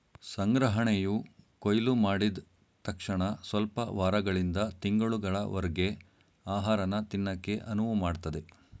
ಸಂಗ್ರಹಣೆಯು ಕೊಯ್ಲುಮಾಡಿದ್ ತಕ್ಷಣಸ್ವಲ್ಪ ವಾರಗಳಿಂದ ತಿಂಗಳುಗಳವರರ್ಗೆ ಆಹಾರನ ತಿನ್ನಕೆ ಅನುವುಮಾಡ್ತದೆ